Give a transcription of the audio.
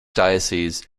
dioceses